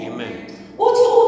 Amen